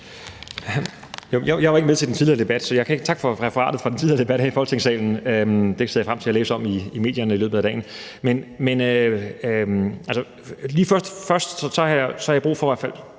Jeg var ikke med til den tidligere debat, men tak for referatet fra den tidligere debat her i Folketingssalen. Jeg ser frem til at læse om det i medierne i løbet af dagen. Nu må vi se, hvad Folketinget ender med